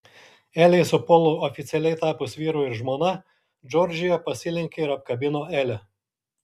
elei su polu oficialiai tapus vyru ir žmona džordžija pasilenkė ir apkabino elę